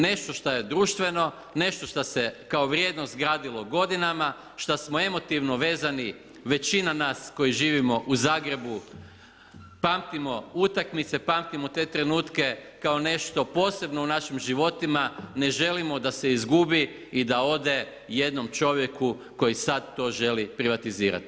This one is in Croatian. Nešto što je društveno, nešto što se kao vrijednost gradilo godinama, za što smo emotivno vezani većina nas koji živimo u Zagrebu, pamtimo utakmice, pamtimo te trenutke kao nešto posebno u našim životima, ne želimo da se izgubi i da ode jednom čovjeku koji sad to želi privatizirati.